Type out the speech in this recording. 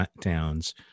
towns